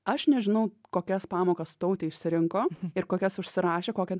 aš nežinau kokias pamokas tautė išsirinko ir kokias užsirašė kokią